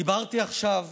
דיברתי עכשיו